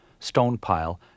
Stonepile